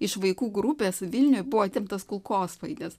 iš vaikų grupės vilniuje buvo atimtas kulkosvaidis